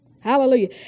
Hallelujah